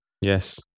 Yes